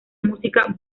música